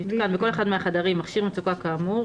יותקן בכל אחד מהחדרים מכשיר מצוקה כאמור,